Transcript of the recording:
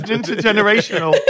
intergenerational